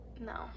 No